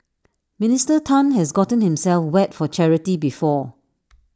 Minister Tan has gotten himself wet for charity before